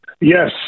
Yes